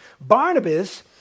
Barnabas